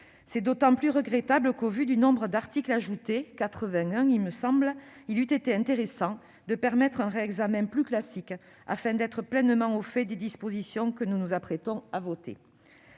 C'est d'autant plus regrettable qu'au vu du nombre d'articles ajoutés- 81 -il eût été intéressant de permettre un réexamen plus classique afin d'être pleinement au fait des dispositions que nous nous apprêtons à voter.